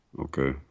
Okay